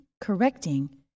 correcting